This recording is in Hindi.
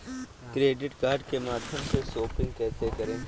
क्रेडिट कार्ड के माध्यम से शॉपिंग कैसे करें?